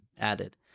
added